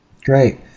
Great